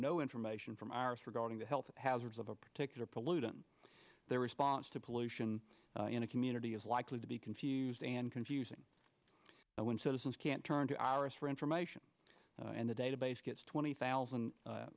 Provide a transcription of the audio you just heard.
no information from our is regarding the health hazards of a particular pollutant their response to pollution in a community is likely to be confused and confusing when citizens can't turn to hours for information and the database gets twenty thousand